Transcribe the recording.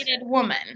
woman